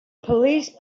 police